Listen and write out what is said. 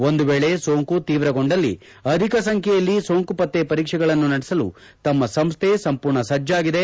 ಒಂದು ವೇಳೆ ಸೋಂಕು ತೀವ್ರಗೊಂಡಲ್ಲಿ ಅಧಿಕ ಸಂಖ್ಯೆಯಲ್ಲಿ ಸೋಂಕು ಪತ್ತೆ ಪರೀಕ್ಷೆಗಳನ್ನು ನಡೆಸಲು ತಮ್ಮ ಸಂಸ್ವೆ ಸಂಮೂರ್ಣ ಸಜ್ವಾಗಿದೆ